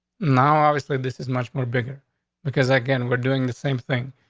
now, obviously, this is much more bigger because again, we're doing the same thing.